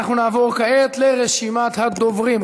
נעבור כעת לרשימת הדוברים.